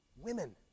women